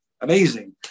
amazing